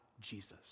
Jesus